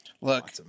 Look